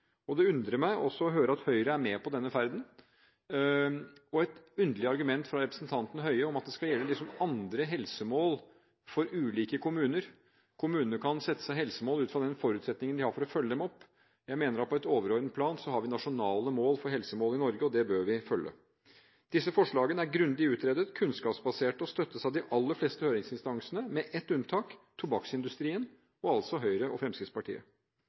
dag. Det undrer meg også å høre at Høyre er med på denne ferden, og i tillegg dette underlige argumentet fra representanten Høie om at det liksom skal gjelde andre helsemål for ulike kommuner – at kommunene kan sette seg helsemål ut fra de forutsetningene de har for å følge dem opp. Jeg mener at vi på et overordnet plan har nasjonale mål for helsemål i Norge, og det bør vi følge. Disse forslagene er grundig utredet, kunnskapsbaserte og støttes av de aller fleste høringsinstansene, med ett unntak: tobakksindustrien – og altså Høyre og Fremskrittspartiet.